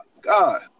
god